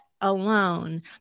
alone